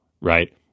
Right